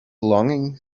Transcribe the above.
longing